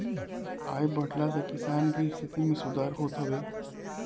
आय बढ़ला से किसान के स्थिति में सुधार होत हवे